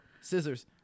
scissors